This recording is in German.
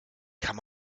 kann